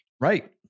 Right